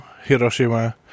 Hiroshima